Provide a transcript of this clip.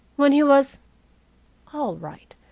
when he was all right,